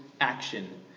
action